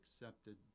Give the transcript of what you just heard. accepted